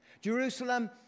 Jerusalem